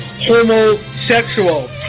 homosexual